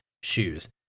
shoes